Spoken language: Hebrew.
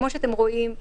כפי שאתם רואים,